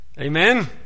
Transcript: amen